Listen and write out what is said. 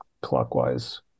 clockwise